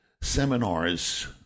seminars